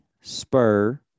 Spur